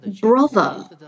brother